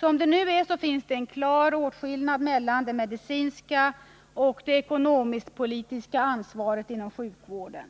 Som det nu är finns det en klar åtskillnad mellan det medicinska och det ekonomiskt-politiska ansvaret inom sjukvården.